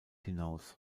hinaus